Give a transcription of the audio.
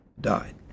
died